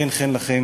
חן חן לכם,